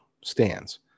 stands